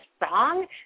wrong